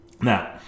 Now